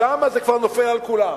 שם זה כבר נופל על כולם.